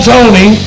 Tony